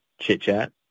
chit-chat